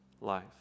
life